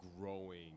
growing